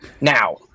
Now